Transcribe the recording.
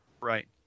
Right